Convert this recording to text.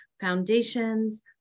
foundations